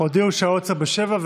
הודיעו שהעוצר ב-19:00,